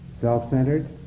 Self-centered